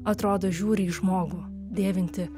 atrodo žiūri į žmogų dėvintį